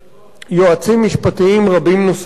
יועצים משפטיים רבים נוספים.